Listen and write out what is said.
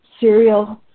cereal